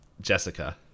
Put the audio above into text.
jessica